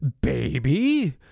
Baby